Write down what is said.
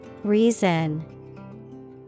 Reason